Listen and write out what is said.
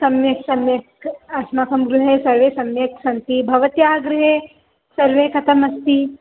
सम्यक् सम्यक् अस्माकं गृहे सर्वे सम्यक् सन्ति भवत्याः गृहे सर्वे कथमस्ति